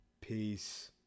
Peace